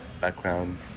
background